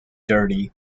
dirty